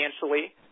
financially